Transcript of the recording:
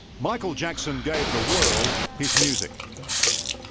michael jackson gave the world his music